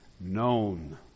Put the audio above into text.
known